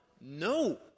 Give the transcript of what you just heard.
no